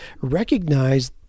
recognize